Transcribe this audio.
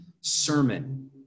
sermon